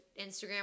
Instagram